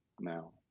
now